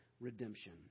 redemption